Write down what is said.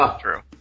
True